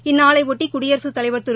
இந்நானையொட்டிகுடியரசுத் தலைவர் திரு